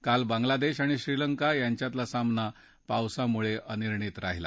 काल बांगला देश आणि श्रीलंका यांच्यातला सामना पावसामुळे अनिर्णित राहिला